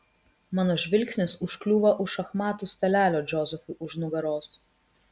mano žvilgsnis užkliūva už šachmatų stalelio džozefui už nugaros